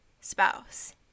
spouse